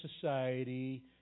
society